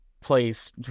place